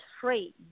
free